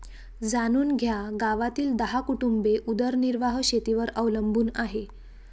जाणून घ्या गावातील दहा कुटुंबे उदरनिर्वाह शेतीवर अवलंबून आहे